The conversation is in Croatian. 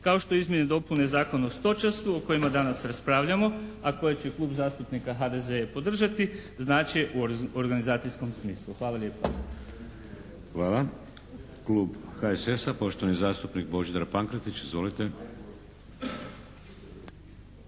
kao što izmjene i dopune Zakona o stočarstvu o kojima danas raspravljamo, a kojeg će Klub zastupnika HDZ-a i podržati znači u organizacijskom smislu. Hvala lijepa. **Šeks, Vladimir (HDZ)** Hvala. Klub HSS-a, poštovani zastupnik Božidar Pankretić. Izvolite.